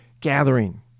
gathering